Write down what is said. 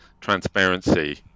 transparency